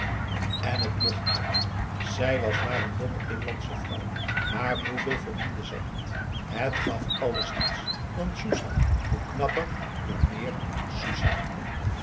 en t mocht wat zij was maar een domme inlandsche vrouw maar hoeveel verdiende zij niet het gaf alles niets dan soesah hoe knapper hoe meer